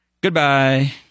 Goodbye